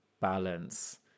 balance